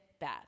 bad